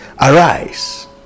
Arise